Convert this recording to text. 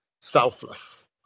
selfless